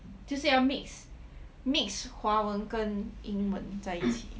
就是要 mix mix 华文跟英文在一起